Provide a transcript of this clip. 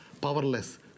powerless